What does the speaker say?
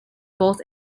both